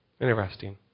Interesting